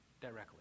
directly